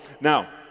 Now